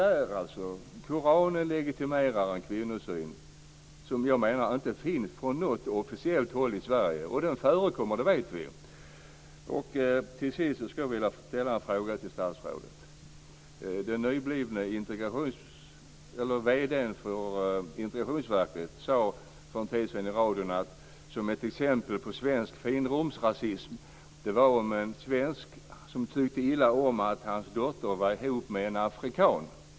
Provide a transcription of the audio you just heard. Koranen legitimerar en kvinnosyn som jag menar inte finns från något officiellt håll i Sverige - men den förekommer, det vet vi. Till sist skulle jag vilja ställa en fråga till statsrådet. Den nyblivne chefen för Integrationsverket tog för en tid sedan i radion upp ett exempel på svensk finrumsrasism. Det gällde en svensk som tyckte illa om att hans dotter var ihop med en afrikan.